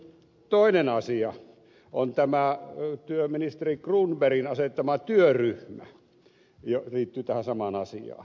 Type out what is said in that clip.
sitten toinen asia on tämä työministeri cronbergin asettama työryhmä liittyy tähän samaan asiaan